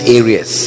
areas